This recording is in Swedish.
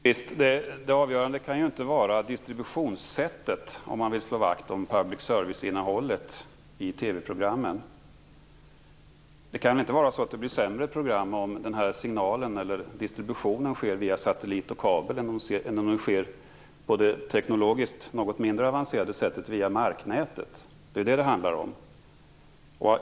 Fru talman! Det avgörande om man vill slå vakt om public service-innehållet i TV-programmen kan ju inte vara distributionssättet. Det kan ju inte vara så att det blir sämre program om den här signalen, eller distributionen, sker via satellit och kabel än om den sker på det teknologiskt något mindre avancerade sättet via marknätet. Det är vad det handlar om.